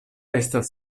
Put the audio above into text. estas